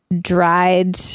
dried